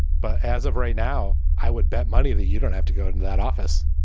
but as of right now, i would bet money that you don't have to go to that office.